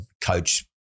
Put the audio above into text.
coach